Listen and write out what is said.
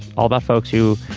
all the folks who